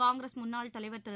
காங்கிரஸ் முன்னாள் தலைவர் திரு